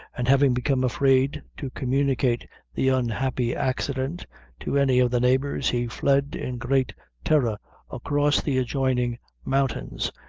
and having become afraid to communicate the unhappy accident to any of the neighbors, he fled in great terror across the adjoining mountains,